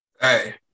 Hey